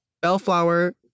Bellflower